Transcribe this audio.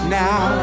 now